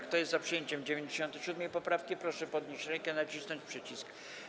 Kto jest za przyjęciem 97. poprawki, proszę podnieść rękę i nacisnąć przycisk.